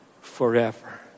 forever